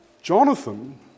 Jonathan